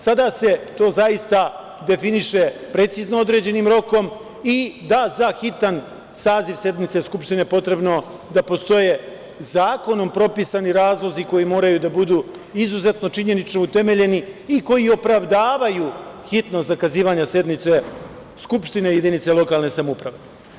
Sada se to zaista definiše precizno određenim rokom i da za hitan saziv sednice skupštine potrebno da postoje zakonom propisani razlozi koji moraju da budu izuzetno činjenično utemeljeni i koji opravdavaju hitno zakazivanje sednice Skupštine jedinice lokalne samouprave.